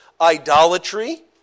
idolatry